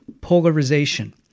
polarization